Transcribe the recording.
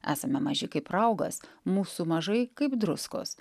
esame maži kaip raugas mūsų mažai kaip druskos